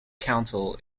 council